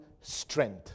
strength